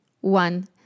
One